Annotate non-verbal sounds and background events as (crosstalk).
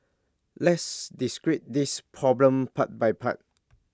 let's (unintelligible) this problem part by part